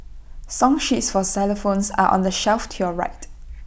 song sheets for xylophones are on the shelf to your right